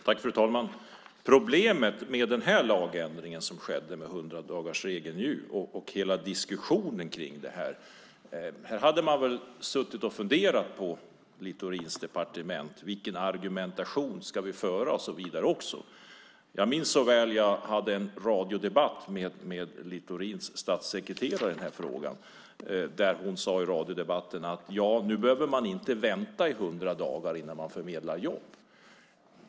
Fru talman! Det finns ett problem med den lagändring som skedde i fråga om hundradagarsregeln och hela diskussionen kring det här. Man hade väl suttit och funderat på Littorins departement över vilken argumentation man skulle ha och så vidare. Jag minns så väl en radiodebatt som jag hade med Littorins statssekreterare i den här frågan. Hon sade i radiodebatten: Ja, nu behöver man inte vänta i 100 dagar innan man förmedlar jobb.